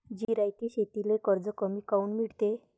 जिरायती शेतीले कर्ज कमी काऊन मिळते?